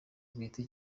bwite